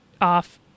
off